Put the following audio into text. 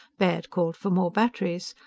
baird called for more batteries.